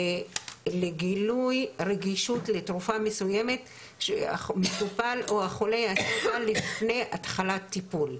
לגילוי רגישות לתרופה מסוימת שהמטופל או החולה ידע לפני התחלת טיפול.